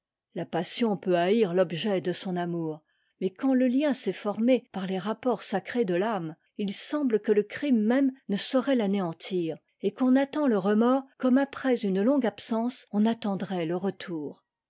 la passion peut haïr l'objet de son amour mais quand te lien s'est formé par les rapports sacrés de t'âme il semble que le crime même ne saurait t'anéantir et qu'on attend le remords comme après une longue absence on attendrait le rètour